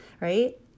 right